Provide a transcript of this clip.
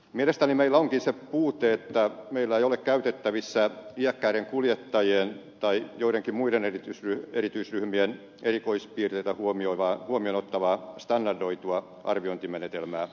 mielestäni meillä onkin se puute että meillä ei ole käytettävissä iäkkäiden kuljettajien tai joidenkin muiden erityisryhmien erikoispiirteitä huomioon ottavaa standardoitua arviointimenetelmää